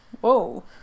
whoa